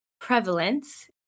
prevalence